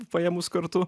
paėmus kartu